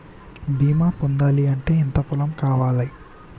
బీమా పొందాలి అంటే ఎంత పొలం కావాలి?